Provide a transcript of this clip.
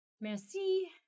merci